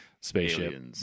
spaceship